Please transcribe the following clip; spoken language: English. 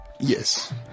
Yes